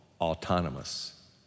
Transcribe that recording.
autonomous